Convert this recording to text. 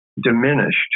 diminished